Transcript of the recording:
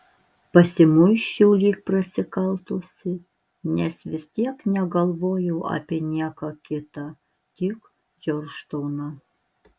pasimuisčiau lyg prasikaltusi nes vis tiek negalvojau apie nieką kitą tik džordžtauną